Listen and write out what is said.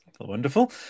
wonderful